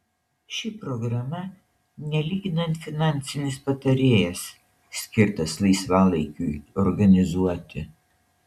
ši programa nelyginant finansinis patarėjas skirtas laisvalaikiui organizuoti